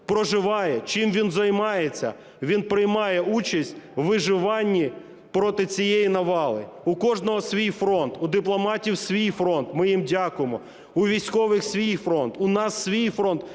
проживає, чим він займається, він приймає участь у виживанні проти цієї навали. У кожного свій фронт: у дипломатів свій фронт, ми їм дякуємо, у військових свій фронт, у нас свій фронт,